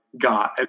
got